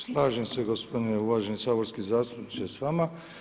Slažem se gospodine uvaženi saborski zastupniče s vama.